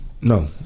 no